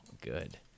good